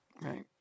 Right